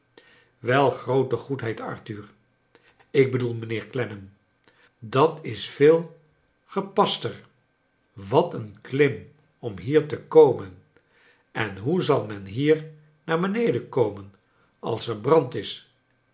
wel groote goedheid arthur ik bedoel mijnheer clennam dat is veel gepaster wat een klim om hier te komen en hoe zal men hier naar beneden komen als er brand is